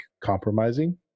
compromising